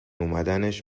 اومدنش